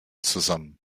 zusammen